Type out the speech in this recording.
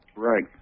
Right